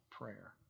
prayer